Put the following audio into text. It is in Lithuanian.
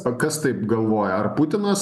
kas taip galvoja ar putinas